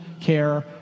care